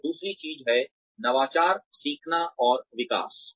और दूसरी चीज है नवाचार सीखना और विकास